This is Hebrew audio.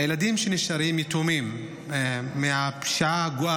הילדים שנשארים יתומים מהפשיעה הגואה